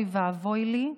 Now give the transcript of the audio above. אוי ואבוי לי,